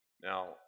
Now